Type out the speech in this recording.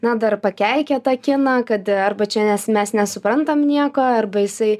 na dar pakeikia tą kiną kad arba čia nes mes nesuprantam nieko arba jisai